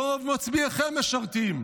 רוב מצביעיכם משרתים.